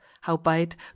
howbeit